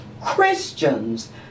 Christians